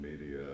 media